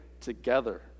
together